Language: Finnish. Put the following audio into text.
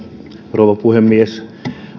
rouva puhemies